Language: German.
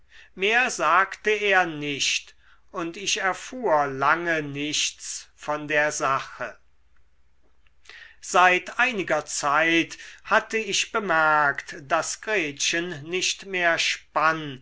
mehr sagte er nicht und ich erfuhr lange nichts von der sache seit einiger zeit hatte ich bemerkt daß gretchen nicht mehr spann